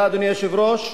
אדוני היושב-ראש,